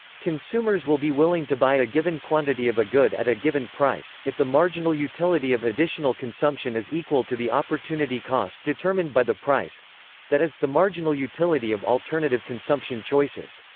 consumers will be willing to buy a given quantity of a good at a given price, if the marginal utility of additional consumption is equal to the opportunity cost determined by the price that is, the marginal utility of alternative consumption choices.